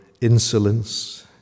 insolence